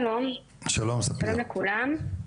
שלום לכולם.